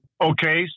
Okay